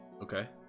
Okay